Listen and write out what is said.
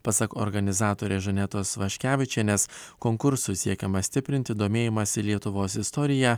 pasak organizatorės žanetos vaškevičienės konkursu siekiama stiprinti domėjimąsi lietuvos istorija